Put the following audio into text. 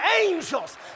angels